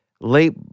late